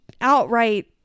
outright